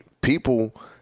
people –